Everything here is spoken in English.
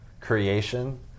creation